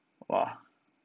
!wah!